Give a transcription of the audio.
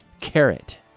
carrot